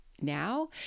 now